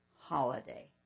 holiday